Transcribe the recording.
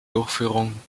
durchführung